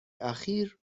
اخیر